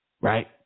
right